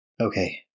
okay